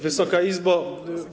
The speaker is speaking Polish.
Wysoka Izbo!